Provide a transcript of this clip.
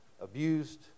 abused